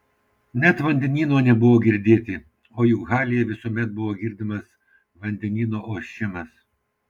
net vandenyno nebuvo girdėti o juk halyje visuomet buvo girdimas vandenyno ošimas